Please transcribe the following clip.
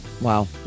Wow